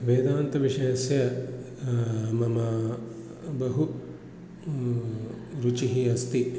वेदान्तविषयस्य मम बहु रुचिः अस्ति